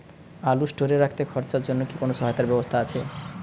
আলু স্টোরে রাখতে খরচার জন্যকি কোন সহায়তার ব্যবস্থা আছে?